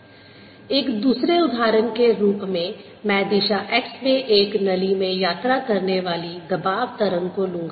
Vertical forceT∂y∂xxt2yx2x ∂y∂xxtT2yx2xμx2yt2 2yx2T2yt2v2T एक दूसरे उदाहरण के रूप में मैं दिशा x में एक नली में यात्रा करने वाली दबाव तरंग को लूंगा